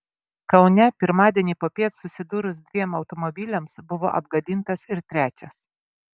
kaune pirmadienį popiet susidūrus dviem automobiliams buvo apgadintas ir trečias